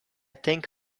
think